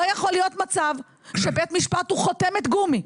לא יכול להיות מצב שבית משפט הוא חותמת גומי.